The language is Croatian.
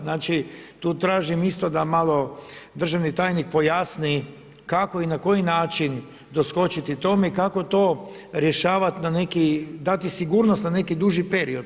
Znači tu tražim isto da malo državni tajnik pojasni kako i na koji način doskočiti tome i kako to rješavati na neki, dati sigurnost na neki duži period.